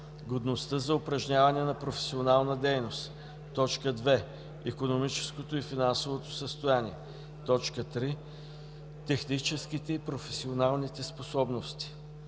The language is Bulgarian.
годността за упражняване на професионална дейност; 2. икономическото и финансовото състояние; 3. техническите и професионалните способности.